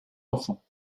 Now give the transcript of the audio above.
enfants